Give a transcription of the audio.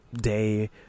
day